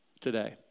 today